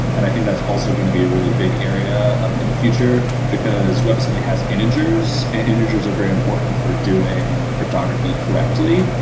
and i think that's also going to be a really big area in the future, because webassembly has integers, and integers are very important for doing cryptography correctly.